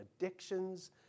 addictions